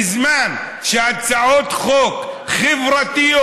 בזמן שלגבי הצעות חוק חברתיות,